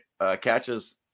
catches